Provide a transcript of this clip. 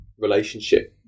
relationship